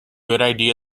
idea